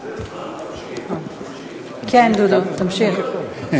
כן, דודו, תמשיך.